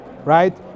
Right